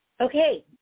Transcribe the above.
Okay